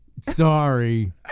sorry